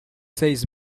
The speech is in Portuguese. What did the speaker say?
seis